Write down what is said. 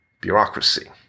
bureaucracy